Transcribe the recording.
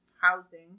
Housing